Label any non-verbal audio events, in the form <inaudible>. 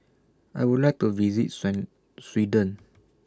I Would like to visit <unintelligible> Sweden